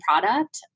product